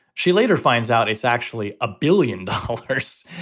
she later finds out it's actually a billion dollars.